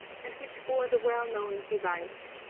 and which bore the well-known device,